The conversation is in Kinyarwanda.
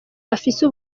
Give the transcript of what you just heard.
afise